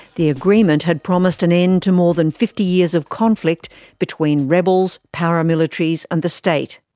the agreement had promised an end to more than fifty years of conflict between rebels, paramilitaries and the state.